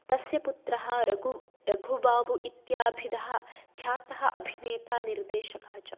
तस्य पुत्रः रघु रघुबाबु इत्याभिधः ख्यातः अभिनेता निर्देशकः च